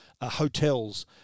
hotels